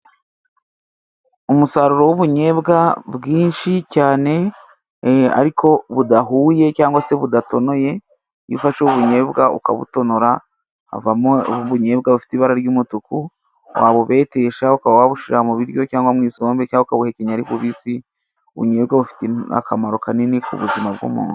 Umusaruro w'ubunyebwa bwinshi cyane e ariko budahuye cyangwa se budatonoye ,iyo ufashe ubunyebwa ukabutonora havamo ubunyebwa bufite ibara ry'umutuku ,wabubetesha ukaba wabushira mu biryo cyangwa mu isombe cyangwa ukabuhekenya ari bubisi ,ubunyebwa bufite akamaro kanini ku buzima bw'umuntu.